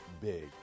big